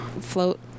float